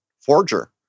forger